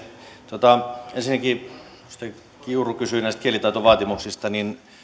ensinnäkin edustaja kiuru kysyi näistä kielitaitovaatimuksista